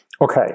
okay